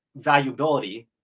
valuability